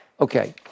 Okay